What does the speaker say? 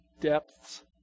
depths